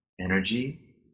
energy